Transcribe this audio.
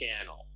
channel